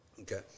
okay